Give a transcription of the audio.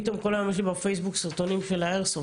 פתאום כל היום יש לי בפייסבוק סרטונים של האיירסופט,